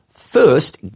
First